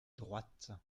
droite